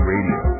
Radio